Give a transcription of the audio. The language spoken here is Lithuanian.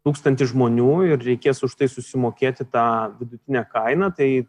tūkstantį žmonių ir reikės už tai susimokėti tą vidutinę kainą tai